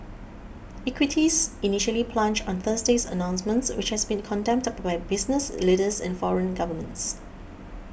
equities initially plunged on Thursday's announcement which has been condemned by business leaders and foreign governments